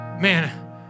man